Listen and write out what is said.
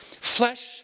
Flesh